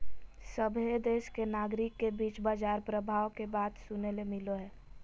सभहे देश के नागरिक के बीच बाजार प्रभाव के बात सुने ले मिलो हय